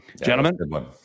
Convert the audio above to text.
gentlemen